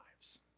lives